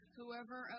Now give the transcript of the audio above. Whoever